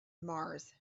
mars